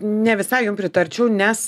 ne visai jum pritarčiau nes